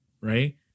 right